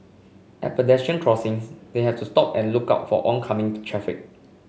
at pedestrian crossings they have to stop and look out for oncoming traffic